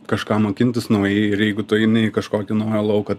kažką mokintis naujai ir jeigu tu eini į kažkokį naują lauką